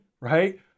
right